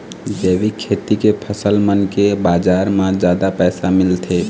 जैविक खेती के फसल मन के बाजार म जादा पैसा मिलथे